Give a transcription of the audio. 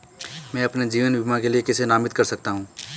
मैं अपने जीवन बीमा के लिए किसे नामित कर सकता हूं?